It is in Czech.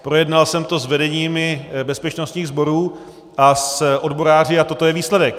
Projednal jsem to s vedeními bezpečnostních sborů a s odboráři a toto je výsledek.